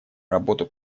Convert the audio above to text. работу